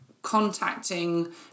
contacting